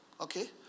okay